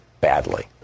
badly